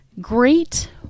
Great